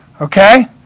Okay